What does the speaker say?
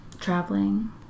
Traveling